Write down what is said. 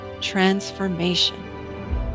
transformation